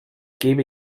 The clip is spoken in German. gebe